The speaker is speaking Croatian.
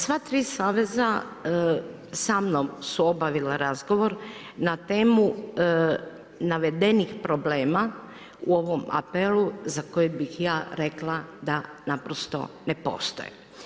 Sva 3 saveza, samnom su obavila razgovor, na temu navedenih problema u ovom apelu, za koje bi ja rekla, da naprosto ne postoje.